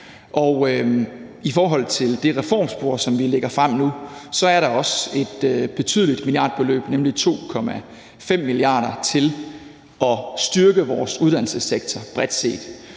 i forhold til det reformspor, som vi lægger frem nu, er der også et betydeligt milliardbeløb, nemlig 2,5 mia. kr., til at styrke vores uddannelsessektor bredt set.